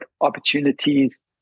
opportunities